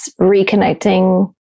reconnecting